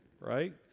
right